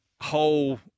whole